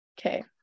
okay